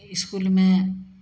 इसकुलमे